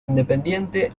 independiente